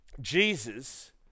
Jesus